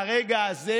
מה שנקרא.